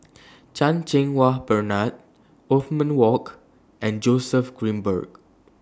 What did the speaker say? Chan Cheng Wah Bernard Othman Wok and Joseph Grimberg